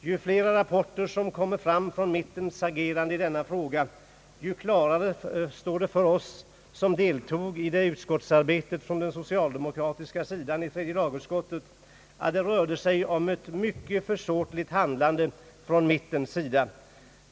Ju flera rapporter som kommer fram från mittens agerande i denna fråga, desto klarare står det för oss som deltog i utskottsarbetet från den socialdemokratiska sidan i tredje lagutskottet att det rörde sig om ett mycket försåtligt handlande från mittens sida.